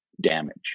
damage